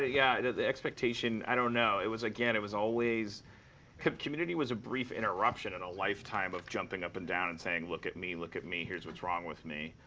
ah yeah, the expectation i don't know. it was again, it was always community was a brief interruption in a lifetime of jumping up and down and saying, look at me, look at me, here's what's wrong with me.